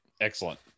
excellent